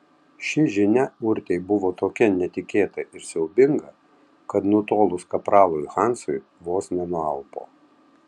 ši žinia urtei buvo tokia netikėta ir siaubinga kad nutolus kapralui hansui vos nenualpo